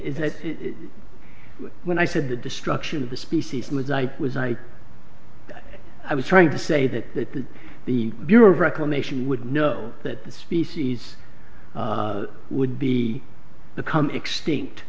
is that when i said the destruction of the species was i was i i was trying to say that that the the bureau of reclamation would know that the species would be the come extinct